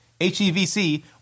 HEVC